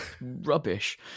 rubbish